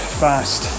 fast